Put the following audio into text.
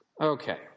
Okay